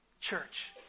Church